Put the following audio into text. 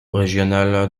régionales